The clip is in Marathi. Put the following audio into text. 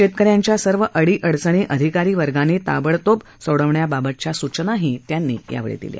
शेतकऱ्यांच्या सर्व अडी अडचणी अधिकारी वर्गानं ताबडतोब सोडविण्या बाबतच्या सूचनाही त्यांनी दिल्या